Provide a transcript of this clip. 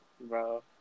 Bro